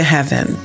Heaven